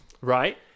Right